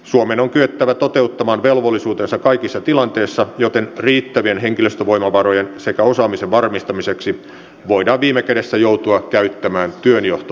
suomen on kyettävä toteuttamaan velvollisuutensa kaikissa tilanteissa joten riittävien henkilöstövoimavarojen sekä osaamisen varmistamiseksi voidaan viime kädessä joutua käyttämään työnjohto oikeutta